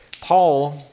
Paul